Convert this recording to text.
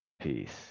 peace